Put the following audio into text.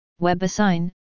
WebAssign